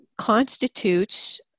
constitutes